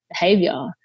behavior